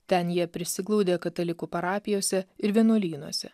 ten jie prisiglaudė katalikų parapijose ir vienuolynuose